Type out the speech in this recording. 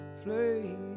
flame